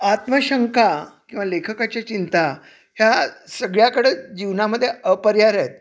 आत्मशंका किंवा लेखकाची चिंता ह्या सगळ्याकडं जीवनामध्ये अपरिहार्य आहेत